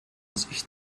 sich